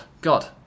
God